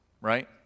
right